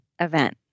event